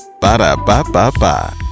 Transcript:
Ba-da-ba-ba-ba